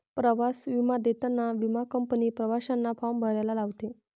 प्रवास विमा देताना विमा कंपनी प्रवाशांना फॉर्म भरायला लावते